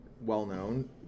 well-known